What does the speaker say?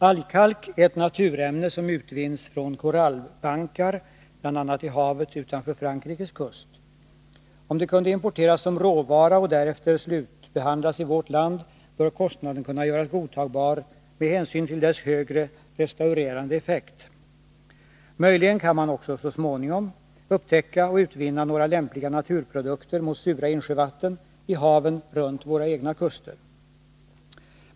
Algkalk är ett naturämne som utvinns från korallbankar — bl.a. i havet utanför Frankrikes kust. Om det kunde importeras som råvara och därefter slutbehandlas i vårt land borde kostnaden kunna göras godtagbar med hänsyn till dess högre restaurerande effekt. Möjligen kan man så småningom också i haven runt våra kuster upptäcka och utvinna några lämpliga naturprodukter mot sura insjövatten.